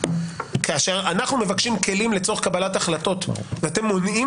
אומר שכאשר אנחנו מבקשים כלים לצורך קבלת החלטות ואתם מונעים